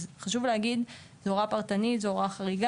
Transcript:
אז חשוב להגיד, זו הוראה פרטנית, זו הוראה חריגה,